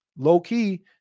Low-key